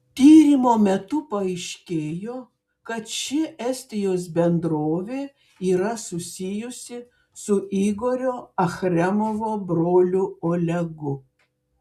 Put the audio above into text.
tyrimo metu paaiškėjo kad ši estijos bendrovė yra susijusi su igorio achremovo broliu olegu